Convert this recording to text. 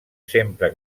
sempre